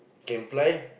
can fly